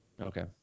Okay